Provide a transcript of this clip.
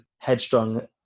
headstrong